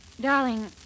Darling